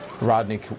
Rodney